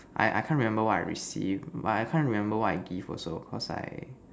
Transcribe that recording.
I I can't remember what I received but I can't remember what I give also because I